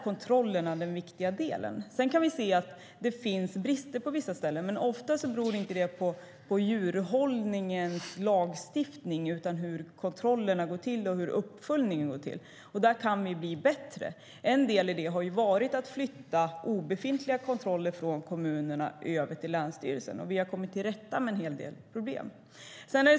Kontrollerna är den viktiga delen. Vi kan se att det finns brister på vissa ställen, men det beror ofta inte på djurhållningslagstiftningen utan på hur kontrollerna och uppföljningen går till. Där kan vi bli bättre. En del i det har varit att flytta obefintliga kontroller från kommunerna till länsstyrelserna. Vi har kommit till rätta med en hel del problem.